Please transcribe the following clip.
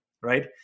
Right